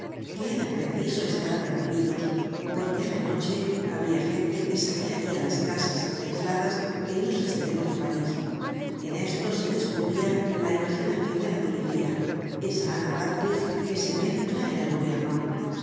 que era preciso estar apercibidos porque á la noche habria gente que saquearia las casas aisladas en los estremos de parís en esto se descubria la imaginacion de la policía esa ana ratcliffe que se mezcla en el gobierno